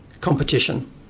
competition